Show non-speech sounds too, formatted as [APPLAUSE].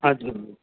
ਹਾਂਜੀ [UNINTELLIGIBLE]